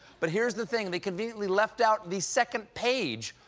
but here's the thing. they conveniently left out the second page,